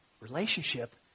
Relationship